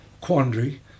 quandary